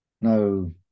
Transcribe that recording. No